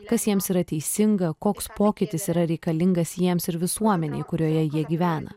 kas jiems yra teisinga koks pokytis yra reikalingas jiems ir visuomenei kurioje jie gyvena